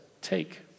Take